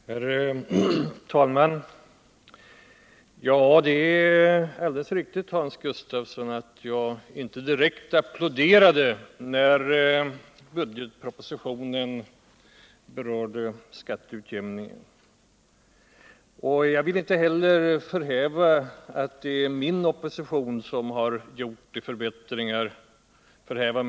Herr talman! Det är alldeles riktigt, Hans Gustafsson, att jag inte direkt applåderade när jag fann att bedgetpropositionen berörde skatteutjämningen. Jag vill inte heller förhäva mig och påstå att det är min opposition som har lett till de förbättringar som skett.